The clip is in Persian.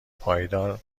پایدارmباید